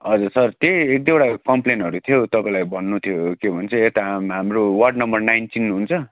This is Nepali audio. हजुर सर त्यही एक दुईवटा कम्प्लेनहरू थियो तपाईँलाई भन्नु थियो के भन्छ यता हामी हाम्रो वार्ड नम्बर नाइन चिन्नुहुन्छ